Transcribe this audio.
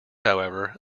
however